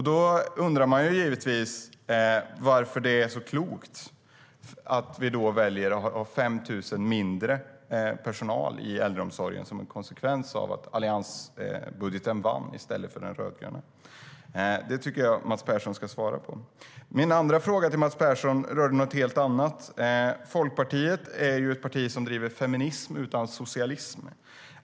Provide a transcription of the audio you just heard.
Man undrar givetvis varför det är så klokt att vi då väljer att ha 5 000 färre i personalen i äldreomsorgen som en konsekvens av att alliansbudgeten vann i stället för den rödgröna. Det tycker jag att Mats Persson ska svara på. Min andra fråga till Mats Persson rör något helt annat. Folkpartiet är ett parti som driver feminism utan socialism.